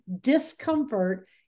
discomfort